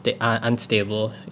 unstable